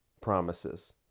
promises